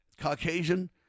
Caucasian